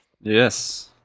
Yes